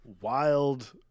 wild